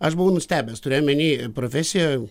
aš buvau nustebęs turiu omeny profesiją